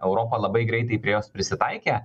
europa labai greitai prie jos prisitaikė